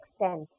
extent